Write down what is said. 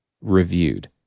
reviewed